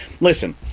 Listen